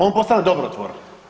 On postane dobrotvor.